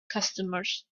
customers